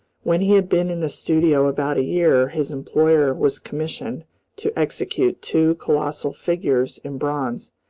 when he had been in this studio about a year, his employer was commissioned to execute two colossal figures in bronze,